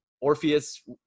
Orpheus